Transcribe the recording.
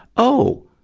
oh,